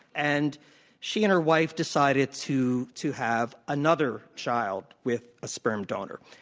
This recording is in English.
and she and her wife decided to to have another child with a sperm donor.